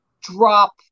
drop